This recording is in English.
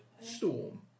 Storm